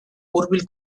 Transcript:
hurbil